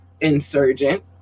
insurgent